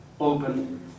open